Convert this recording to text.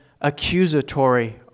accusatory